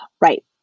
Right